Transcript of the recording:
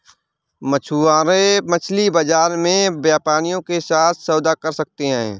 मछुआरे मछली बाजार में व्यापारियों के साथ सौदा कर सकते हैं